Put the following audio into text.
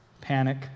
panic